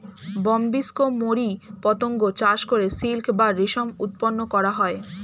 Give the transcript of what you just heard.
Bombyx mori পতঙ্গ চাষ করে সিল্ক বা রেশম উৎপন্ন করা হয়